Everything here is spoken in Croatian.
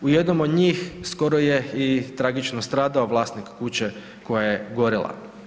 U jednom od njih skoro je i tragično stradao vlasnik kuće koja je gorjela.